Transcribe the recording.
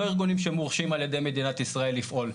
ארגונים שמורשים על ידי מדינת ישראל לפעול.